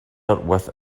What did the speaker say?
with